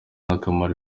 n’akamaro